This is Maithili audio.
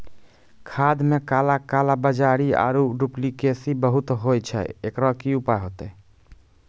खाद मे काला कालाबाजारी आरु डुप्लीकेसी बहुत होय छैय, एकरो की उपाय होते?